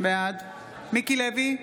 בעד מיקי לוי,